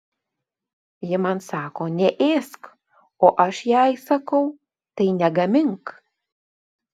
ji man sako neėsk o aš jai sakau tai negamink